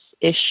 ish